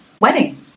wedding